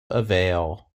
avail